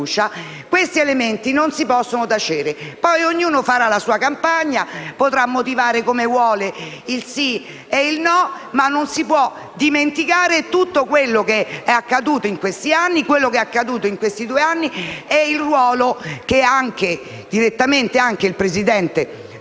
questi elementi non si possono tacere. Poi, ognuno farà la sua campagna, potrà motivare come vuole il sì e il no, ma non si può dimenticare tutto quello che è accaduto in questi due anni e il ruolo che direttamente anche il Presidente